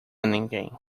ninguém